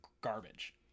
garbage